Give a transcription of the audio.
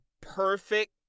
perfect